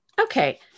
Okay